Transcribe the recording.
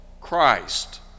Christ